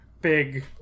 big